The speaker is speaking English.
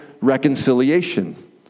reconciliation